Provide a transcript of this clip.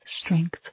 strength